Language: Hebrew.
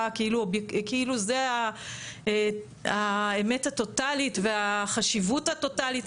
כאילו זה האמת הטוטאלית והחשיבות הטוטאלית.